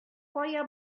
кая